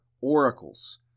oracles